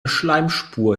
schleimspur